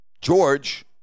George